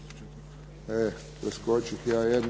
Hvala vam